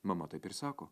mama taip ir sako